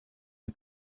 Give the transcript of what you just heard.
die